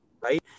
right